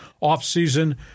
off-season